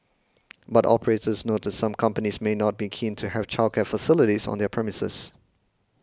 but operators noted some companies may not be keen to have childcare facilities on their premises